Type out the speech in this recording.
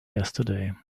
yesterday